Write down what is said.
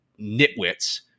nitwits